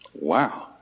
Wow